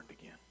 again